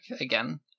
again